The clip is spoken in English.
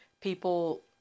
people